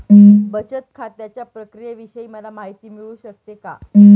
बचत खात्याच्या प्रक्रियेविषयी मला माहिती मिळू शकते का?